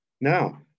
Now